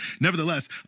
Nevertheless